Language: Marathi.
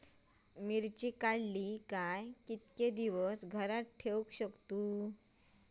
मिर्ची काडले काय कीतके दिवस घरात दवरुक शकतू?